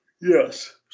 Yes